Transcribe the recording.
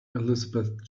elizabeth